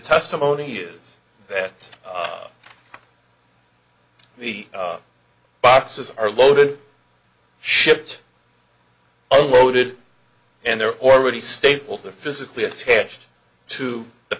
testimony is that the boxes are loaded shipped all loaded and they're already stapled to physically attached to the